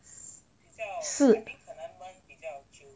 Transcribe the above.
湿